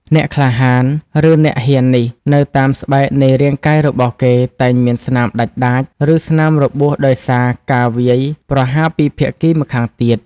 អ្នកក្លាហាន ឬអ្នកហ៊ាននេះ នៅតាមស្បែកនៃរាងកាយរបស់គេតែងមានស្នាមដាច់ដាច ឬស្នាមរបួសដោយសារការវាយប្រហារពីភាគីម្ខាងទៀត ។